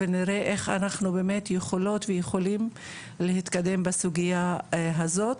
ונראה איך אנחנו באמת יכולות ויכולים להתקדם בסוגייה הזאת.